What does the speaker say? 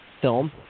film